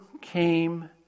came